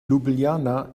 ljubljana